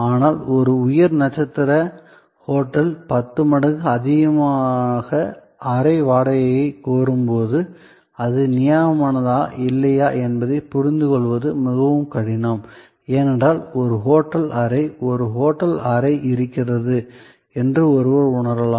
ஆனால் ஒரு உயர் நட்சத்திர ஹோட்டல் பத்து மடங்கு அதிகமாக அறை வாடகையைக் கோரும் போது அது நியாயமானதா இல்லையா என்பதைப் புரிந்துகொள்வது மிகவும் கடினம் ஏனென்றால் ஒரு ஹோட்டல் அறை ஒரு ஹோட்டல் அறை இருக்கிறது என்று ஒருவர் உணரலாம்